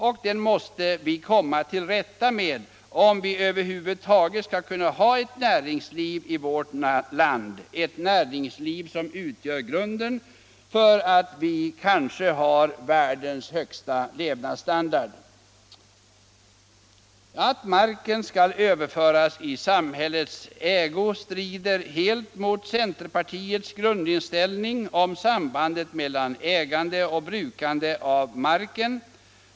Och den måste vi komma till rätta med om vi över huvud taget skall kunna ha ett näringsliv i vårt land — ett näringsliv som utgör grunden för att vi kanske har världens högsta levnadsstandard. Att marken skall överföras i samhällets ägo strider helt mot centerpartiets grundinställning om sambandet mellan ägande och brukande av mark.